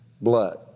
blood